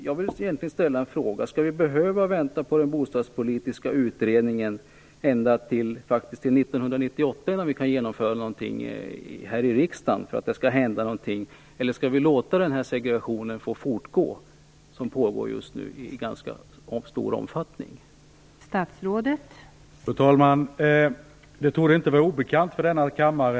Jag vill ställa en fråga: Skall vi behöva vänta på den bostadspolitiska utredningen ända till 1998 innan vi kan genomföra någonting här i riksdagen, eller skall vi låta den segregation som just nu pågår i ganska stor omfattning fortgå?